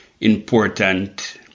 important